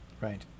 Right